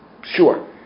sure